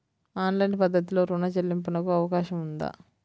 Online పద్ధతిలో రుణ చెల్లింపునకు అవకాశం ఉందా?